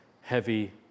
heavy